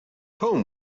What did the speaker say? poem